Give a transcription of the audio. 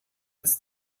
als